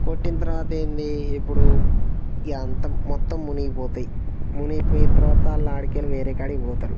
కొట్టిన తర్వాత ఏంది ఇప్పుడు ఈ అంత మొత్తం మునిగిపోతాయి మునిగిపోయిన తర్వాత వాళ్ళు అక్కడికెళ్ళి వేరే కాడికి పోతారు